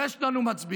יש לנו מצביעים.